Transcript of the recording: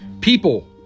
people